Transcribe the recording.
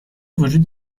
وجود